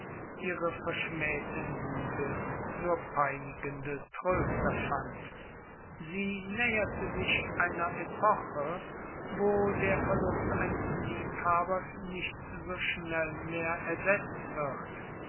ihre verschmähte liebe nur peinigende tröster fand sie näherte sich einer epoche wo der verlust eines liebhabers nicht so schnell mehr ersetzt wird